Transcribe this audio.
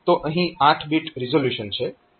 તો અહીં 8 bit resolution છે